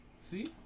See